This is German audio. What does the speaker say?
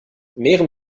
mehren